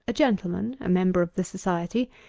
a gentleman, a member of the society,